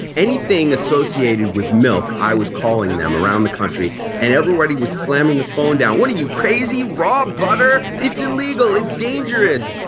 anything associated with milk i was calling them around the country and everybody was slamming the phone down. what are you crazy, raw butter, butter, it's illegal it's dangerous.